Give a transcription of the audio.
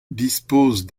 disposent